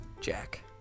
Jack